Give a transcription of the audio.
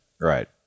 Right